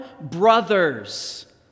brothers